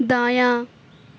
دایاں